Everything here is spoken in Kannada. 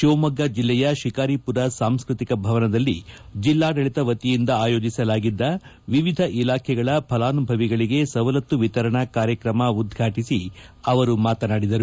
ಶಿವಮೊಗ್ಗ ಜಿಲ್ಲೆಯ ಶಿಕಾರಿಪುರ ಸಾಂಸ್ಕತಿಕ ಭವನದಲ್ಲಿ ಜಿಲ್ಲಾಡಳಿತ ವತಿಯಿಂದ ಆಯೋಜಿಸಲಾಗಿದ್ದ ವಿವಿಧ ಇಲಾಖೆಗಳ ಫಲಾನುಭವಿಗಳಿಗೆ ಸವಲತ್ತು ವಿತರಣಾ ಕಾರ್ಯಕ್ರಮ ಉದ್ವಾಟಿಸಿ ಅವರು ಮಾತನಾಡಿದರು